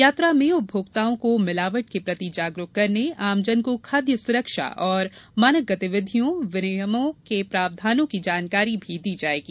यात्रा में उपभोक्ताओं को मिलावट के प्रति जागरूक करने आमजन को खाद्य सुरक्षा और मानक गतिविधियों विनियमों के प्रावधानों की जानकारी भी दी जाएगी